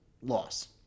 loss